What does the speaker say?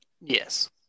Yes